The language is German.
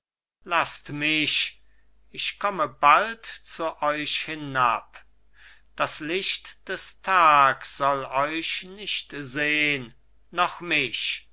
laßt mich ich komme bald zu euch hinab das licht des tags soll euch nicht sehn noch mich